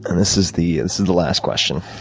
and this is the and and last question.